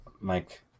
Mike